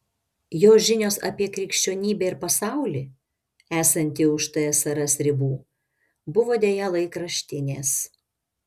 jo žinios apie krikščionybę ir pasaulį esantį už tsrs ribų buvo deja laikraštinės